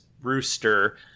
rooster